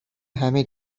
همه